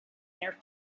their